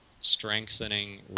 strengthening